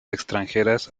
extranjeras